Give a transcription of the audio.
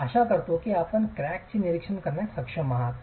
मी आशा करतो की आपण या क्रॅकचे निरीक्षण करण्यास सक्षम आहात